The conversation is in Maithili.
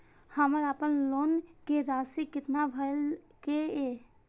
हमर अपन लोन के राशि कितना भराई के ये?